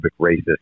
racist